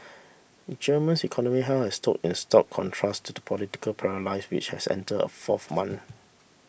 Germany's economy health has stood in stark contrast to the political paralysis which has enter a fourth month